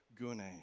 Gune